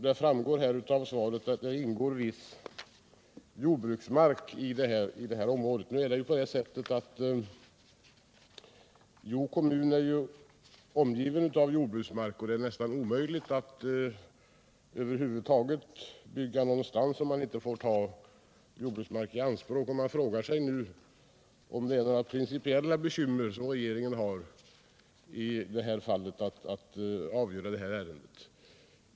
Det framgår av svaret att viss jordbruksmark hör till området. Hjo kommun är omgiven av jordbruksmark, och det är nästan omöjligt att bygga någonstans över huvud taget om man inte får ta jordbruksmark i anspråk. Man frågar sig nu om det är några principiella svårigheter regeringen har att avgöra det här ärendet.